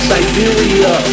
Siberia